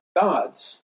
gods